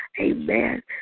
Amen